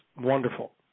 wonderful